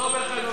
תחזור בך, אם לא,